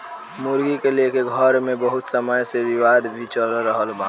मुर्गी के लेके घर मे बहुत समय से विवाद भी चल रहल बा